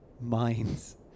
minds